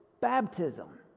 baptism